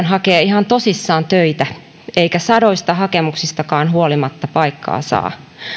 hakee ihan tosissaan töitä eikä sadoista hakemuksistakaan huolimatta paikkaa saa